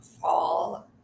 fall